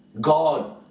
God